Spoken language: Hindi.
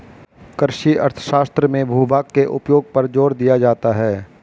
कृषि अर्थशास्त्र में भूभाग के उपयोग पर जोर दिया जाता है